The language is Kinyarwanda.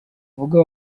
avuga